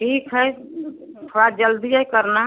ठीक है थोड़ा जल्दी ही करना